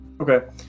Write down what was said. Okay